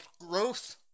growth